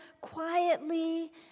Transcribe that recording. quietly